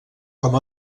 com